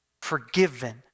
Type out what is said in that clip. forgiven